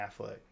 Affleck